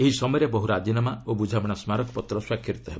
ଏହି ସମୟରେ ବହୁ ରାଜିନାମା ଓ ବୁଝାମଣା ସ୍କାରକପତ୍ର ସ୍ୱାକ୍ଷରିତ ହେବ